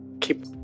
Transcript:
keep